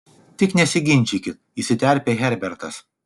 tik nesiginčykit įsiterpė herbertas